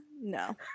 no